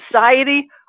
society